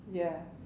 ya